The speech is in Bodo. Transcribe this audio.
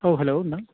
औ हेल' नोंथां